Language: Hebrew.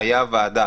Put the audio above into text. היתה ועדה